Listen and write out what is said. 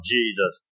Jesus